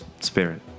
spirit